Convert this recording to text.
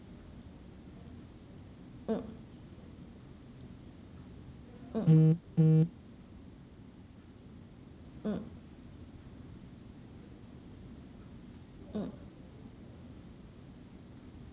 mm mm mm mm